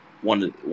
one